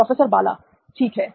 professor Bala ठीक है